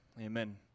amen